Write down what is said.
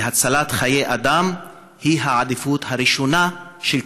כי הצלת חיי אדם היא העדיפות הראשונה של כולנו.